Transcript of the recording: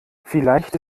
vielleicht